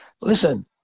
Listen